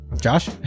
Josh